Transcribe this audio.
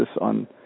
on